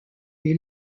les